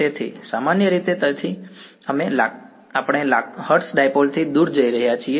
તેથી સામાન્ય રીતે તેથી અમે હર્ટ્ઝ ડાઈપોલથી દૂર જઈ રહ્યા છીએ